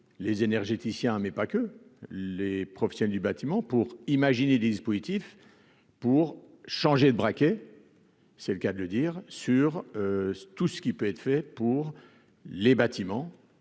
les énergéticiens mais pas que les professionnels du bâtiment pour imaginer des dispositifs pour changer de braquet, c'est le cas de le dire sur tout ce qui peut être fait pour les bâtiments